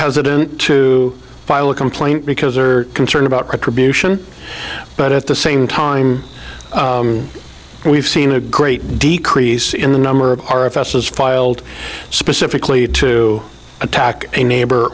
hesitant to file a complaint because are concerned about retribution but at the same time we've seen a great decrease in the number of our f s s filed specifically to attack a neighbor